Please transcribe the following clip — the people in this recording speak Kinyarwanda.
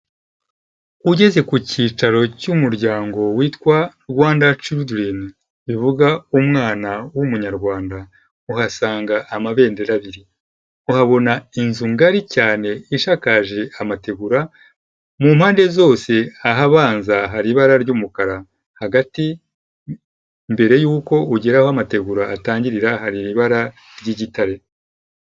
Ugeze ku cyicaro cy'umuryango witwa Rwanda chidlren bivuga umwana w'umunyarwanda uhasanga amabendera abiri, uhasanga amabendera abiri, uhabona inzu ngari cyane ishakakaje amategura, mu mpande zose ahabanza hari ibara ry'umukara hagati mbere yuko ugera aho amategura atangirira hari ibara ry'igitare.